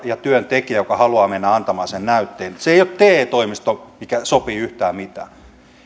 työantaja ja työntekijä joka haluaa mennä antamaan sen näytteen se ei ole te toimisto mikä sopii yhtään mitään sen